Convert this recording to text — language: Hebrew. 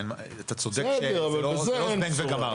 אין, אתה צודק שזה לא רק, זה לא זבנג וגמרנו.